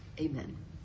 amen